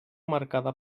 marcada